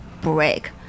break